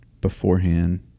beforehand